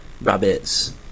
rabbits